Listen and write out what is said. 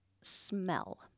smell